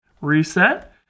reset